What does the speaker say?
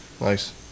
nice